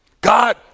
God